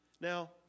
Now